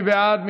מי בעד?